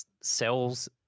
sells